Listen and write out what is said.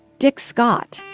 dick scott,